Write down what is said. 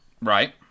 Right